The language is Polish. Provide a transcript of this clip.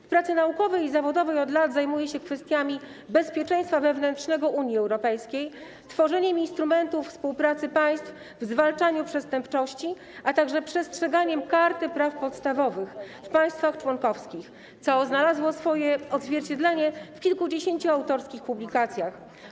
W pracy naukowej i zawodowej od lat zajmuje się kwestiami bezpieczeństwa wewnętrznego Unii Europejskiej, tworzeniem instrumentów współpracy państw w zwalczaniu przestępczości, a także przestrzeganiem Karty Praw Podstawowych w państwach członkowskich, co znalazło swoje odzwierciedlenie w kilkudziesięciu autorskich publikacjach.